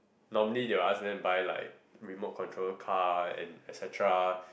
normally they would ask them to buy like remote control car and et-cetera